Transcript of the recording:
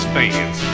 fans